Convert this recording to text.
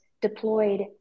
deployed